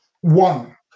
One